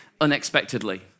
unexpectedly